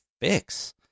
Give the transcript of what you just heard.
fix